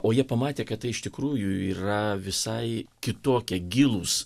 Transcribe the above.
o jie pamatė kad tai iš tikrųjų yra visai kitokie gilūs